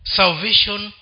salvation